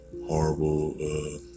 horrible